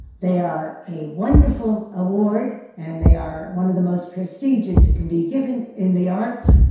they are a wonderful award and they are one of the most prestigious that can be given in the arts.